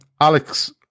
Alex